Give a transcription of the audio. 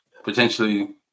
Potentially